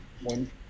one